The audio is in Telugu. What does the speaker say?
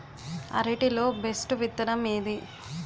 అరటి లో బెస్టు విత్తనం ఏది?